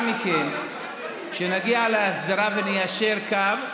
כשנגיע להסדרה וניישר קו,